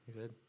good